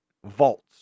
vaults